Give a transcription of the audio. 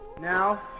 Now